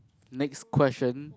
next question